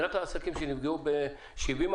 זה רק לעסקים שנפגעו ב-70%?